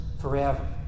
forever